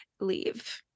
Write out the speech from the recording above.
Leave